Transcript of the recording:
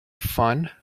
fun